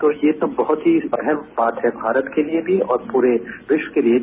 तो ये तो बहत ही अहम बात है भारत के लिए भी और पूरे विश्व के लिए भी